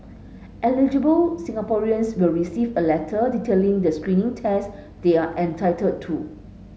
eligible Singaporeans will receive a letter detailing the screening test they are entitled to